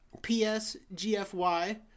PSGFY